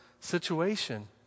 situation